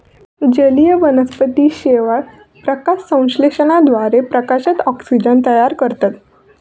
जलीय वनस्पती शेवाळ, प्रकाशसंश्लेषणाद्वारे प्रकाशात ऑक्सिजन तयार करतत